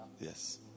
yes